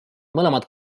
mõlemad